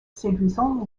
séduisant